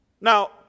Now